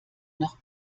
noch